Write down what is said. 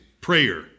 prayer